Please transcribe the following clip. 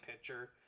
pitcher